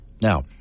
Now